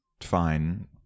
fine